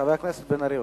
חבר הכנסת מיכאל בן-ארי,